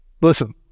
Listen